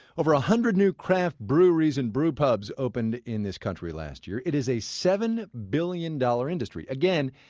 over a hundred new craft breweries and brew pubs opened in this country last year. it is a seven billion dollars industry again,